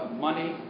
money